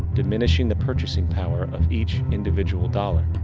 diminishing the purchasing power of each individual dollar.